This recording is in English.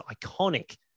iconic